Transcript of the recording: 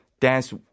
dance